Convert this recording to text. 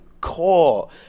core